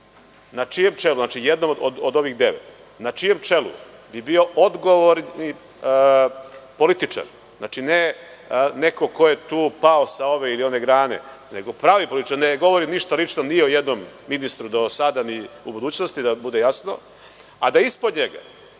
na čijem čelu, znači jednom od ovih devet, bi bio odgovorni političar, znači ne neko ko je tu pao sa ove ili one grane, nego pravi političar, ne govorim ništa lično ni o jednom ministru do sada ni u budućnosti da vam bude jasno, a da ispod njega